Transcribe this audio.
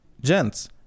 Gents